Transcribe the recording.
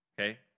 Okay